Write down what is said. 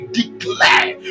declare